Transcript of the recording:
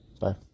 Bye